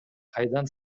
кайдан